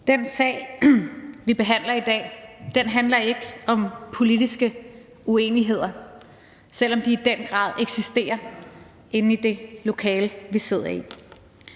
Den sag, vi behandler i dag, handler ikke om politiske uenigheder, selv om de i den grad eksisterer inde i det lokale, vi sidder i.